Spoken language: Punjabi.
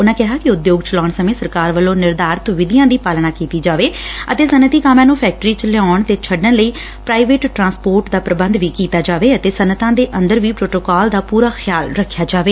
ਉਨਾਂ ਕਿਹਾ ਕਿ ਉਦਯੋਗ ਚਲਾਉਣ ਸਮੇਂ ਸਰਕਾਰ ਵੱਲੋਂ ਨਿਰਧਾਰਿਤ ਵਿਧੀਆ ਦੀ ਪਾਲਣਾ ਕੀਤੀ ਜਾਵੇ ਅਤੇ ਸੱਨਅਤੀ ਕਾਮਿਆਂ ਨੂੰ ਫੈਕਟਰੀ ਚ ਲਿਆਉਣ ਤੇ ਛੱਡਣ ਲਈ ਪੁਾਈਵੇਟ ਟਰਾਂਸਪੋਰਟ ਦਾ ਪੁਬੰਧ ਕੀਤਾ ਜਾਵੇ ਅਤੇ ਸੱਨਅਤਾਂ ਦੇ ਅੰਦਰ ਵੀ ਪੁਟੋਕਾਲ ਦਾ ਪੁਰਾ ਖਿਆਲ ਰੱਖਿਆ ਜਾਵੇ